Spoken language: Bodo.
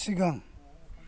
सिगां